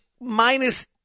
minus